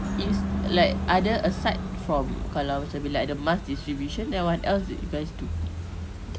is like other aside from kalau macam bila ada mask distribution then what else do you guys do